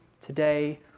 today